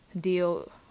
deal